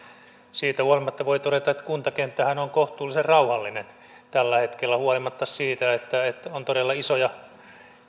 siitä huolimatta voi todeta että kuntakenttähän on kohtuullisen rauhallinen tällä hetkellä huolimatta siitä että on todella isoja